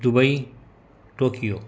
Dubai Tokyo